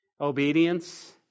Obedience